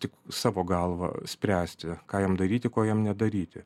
tik savo galva spręsti ką jam daryti ko jam nedaryti